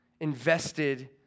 invested